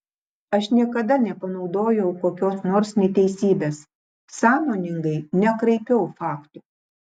aš niekada nepanaudojau kokios nors neteisybės sąmoningai nekraipiau faktų